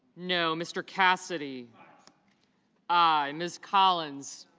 no. mr. cassidy i. ms. collins